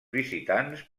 visitants